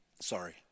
Sorry